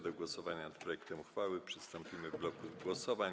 Do głosowania nad projektem uchwały przystąpimy w bloku głosowań.